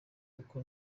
kuko